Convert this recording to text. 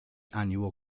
annual